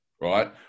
right